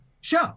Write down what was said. show